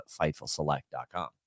FightfulSelect.com